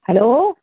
hello